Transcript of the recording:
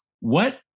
What-